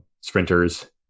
sprinters